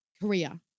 Korea